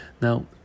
Now